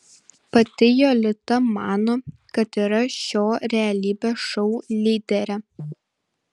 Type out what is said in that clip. pati jolita mano kad yra šio realybės šou lyderė